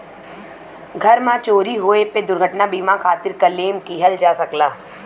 घर में चोरी होये पे दुर्घटना बीमा खातिर क्लेम किहल जा सकला